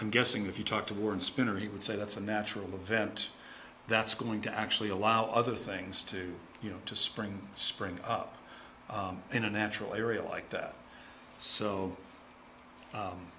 i'm guessing if you talk to warren spooner he would say that's a natural event that's going to actually allow other things to you know to spring spring up in a natural area like that so